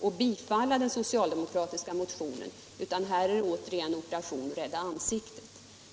och biträda den socialdemokratiska motionen. Här är det återigen fråga om operation Rädda ansiktet.